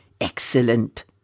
Excellent